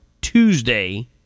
Tuesday